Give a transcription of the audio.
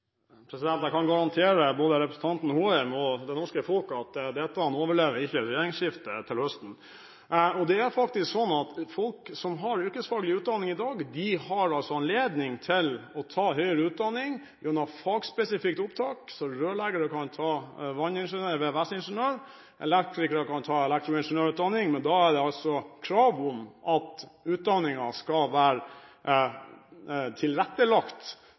Håheim og det norske folk at dette ikke overlever regjeringsskiftet til høsten. Det er faktisk sånn at folk som har yrkesfaglig utdanning i dag, har anledning til å ta høyere utdanning gjennom fagspesifikt opptak, så rørleggere kan ta vanningeniør- eller VVS-ingeniørutdanning og elektrikere kan ta elektroingeniørutdanning. Men da er det altså krav om at utdanningen skal være tilrettelagt